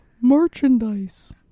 merchandise